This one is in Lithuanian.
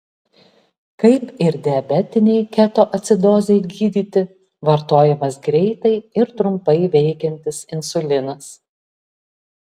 kaip ir diabetinei ketoacidozei gydyti vartojamas greitai ir trumpai veikiantis insulinas